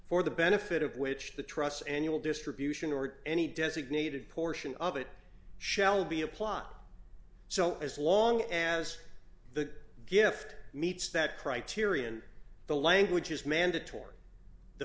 for the benefit of which the trusts annual distribution or any designated portion of it shall be a plot so as long as the gift meets that criterion the language is mandatory the